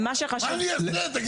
מה אני אעשה?